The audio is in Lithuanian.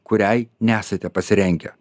kuriai nesate pasirengę